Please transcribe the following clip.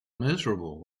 miserable